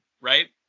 right